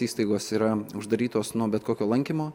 įstaigos yra uždarytos nuo bet kokio lankymo